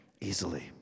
easily